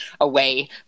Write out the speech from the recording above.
away